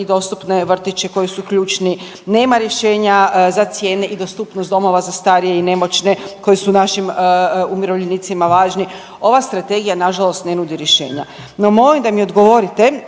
i dostupne vrtiće koji su ključni, nema rješenja za cijene i dostupnost domova za starije i nemoćne koji su našim umirovljenicima važni. Ova strategija nažalost ne nudi rješenja. No molim da mi odgovorite,